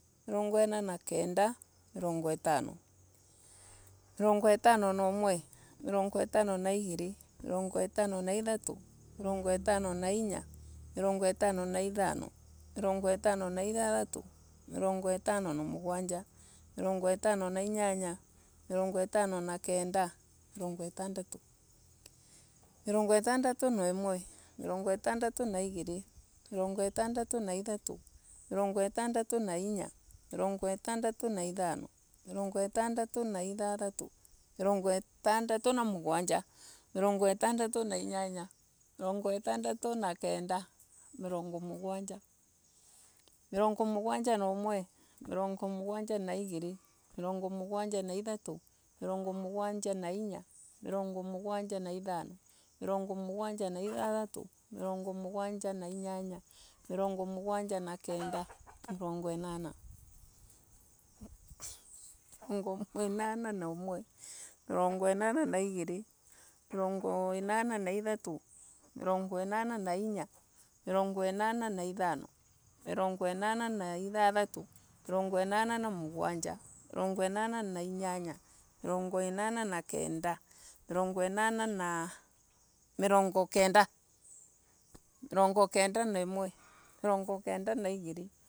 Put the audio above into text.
Mirongo ina na kenda. mirongo itano. Mirongo itano na imwe. mirongo itono na igiri. mirongo itano na ithatu. mirongo itano na inya. mirongo itano na ithano. mirongo itano na ithathatu. mirongo itano na mugwanja. mirongo itano na inyanya. mirongo itano na kenda. mirongo itandatu. Mirongo itandatu na imwe na imwe. mirongo itandatu na igiri. mirongo indatu na ithatu mirongo itandatu na inya mirongo itandatu na mugwanju. mirongo itandatu na inyanya. mirongo itandatu na kenda. mirongo mugawanja. Mirongo mugwanja na umwe. mirongo mugwanju na igiri. mirongo mugwanja na ithatu. mirongo mugwanja na inyanya mirongo mugwanja na kenda mirongo inana. mirongo inana na imwe. mirongo inana na iri. mirongo inana na ithatu. mirongo inana na inya. mirongo inana na ithano. mirongo inana na ithathatu. mirongo inana na mugwanja. mirongo inana na inyanya mirongo inana na kenda. mirongo kenda. mirongo kenda na imwe. mirongo kenda na igiri.